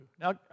Now